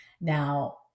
Now